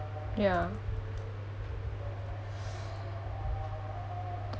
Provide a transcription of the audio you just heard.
ya